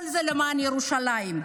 כל זה למען ירושלים,